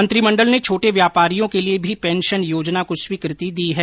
मंत्रिमंडल ने छोटे व्यापारियों के लिए भी पेंशन योजना को स्वीकृति दी है